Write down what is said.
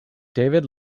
david